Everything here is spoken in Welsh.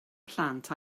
plant